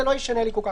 זה לא ישנה לי כל כך.